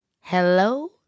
Hello